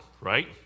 right